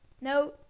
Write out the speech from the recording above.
no